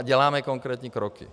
A děláme konkrétní kroky.